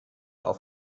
auf